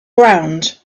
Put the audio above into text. ground